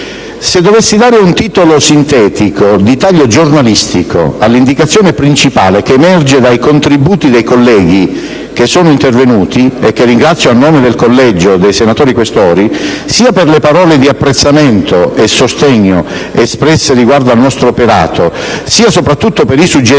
Se dovessi dare un titolo sintetico di taglio giornalistico all'indicazione principale che emerge dai contributi dei colleghi intervenuti (che ringrazio a nome del Collegio dei senatori Questori, sia per le parole di apprezzamento e sostegno espresse riguardo al nostro operato, sia - soprattutto - per i suggerimenti,